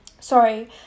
Sorry